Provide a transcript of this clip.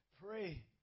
Pray